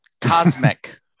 Cosmic